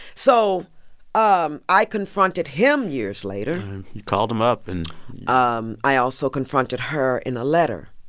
so um i confronted him years later you called him up and um i also confronted her in a letter,